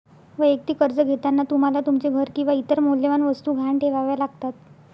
वैयक्तिक कर्ज घेताना तुम्हाला तुमचे घर किंवा इतर मौल्यवान वस्तू गहाण ठेवाव्या लागतात